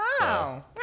Wow